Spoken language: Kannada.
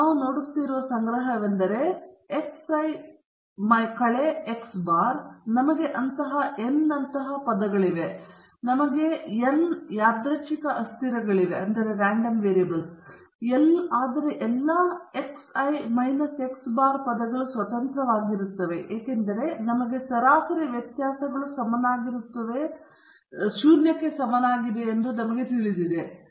ನಾವು ನೋಡುತ್ತಿರುವ ಸಂಗ್ರಹವೆಂದರೆ xi minus x bar ನಮಗೆ ಅಂತಹ n ನಂತಹ ಪದಗಳಿವೆ ನಮಗೆ n ಯಾದೃಚ್ಛಿಕ ಅಸ್ಥಿರಗಳಿವೆ ಆದರೆ ಎಲ್ಲಾ xi minus x bar ಪದಗಳು ಸ್ವತಂತ್ರವಾಗಿರುತ್ತವೆ ಏಕೆಂದರೆ ನಮಗೆ ಸರಾಸರಿ ವ್ಯತ್ಯಾಸಗಳು ಸಮನಾಗಿರುತ್ತದೆ ಎಂದು ನಮಗೆ ತಿಳಿದಿದೆ ಶೂನ್ಯ